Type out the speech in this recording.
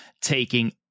taking